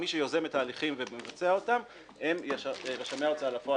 מי שיוזם את ההליכים ומבצע אותם הם רשמי הוצאה לפועל